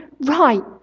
right